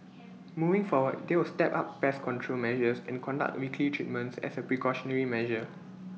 moving forward they will step up pest control measures and conduct weekly treatments as A precautionary measure